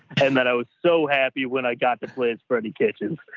and that i was so happy when i got the place for the kitchens.